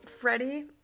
Freddie